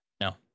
No